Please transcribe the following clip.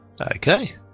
Okay